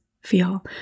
feel